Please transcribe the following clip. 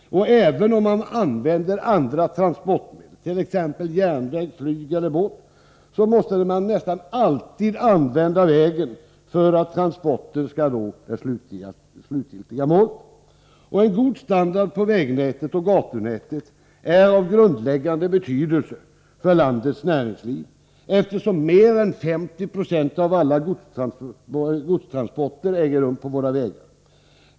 Även om man begagnar andra transportmedel —t.ex. järnväg, flyg och båt — måste man nästan alltid använda vägen för att transporten skall kunna nå det slutgiltiga målet. En god standard på vägnätet och gatunätet är av grundläggande betydelse för landets näringsliv, eftersom mer än 50 96 av alla godstransporter äger rum på våra vägar.